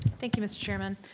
thank you, mr. chairman.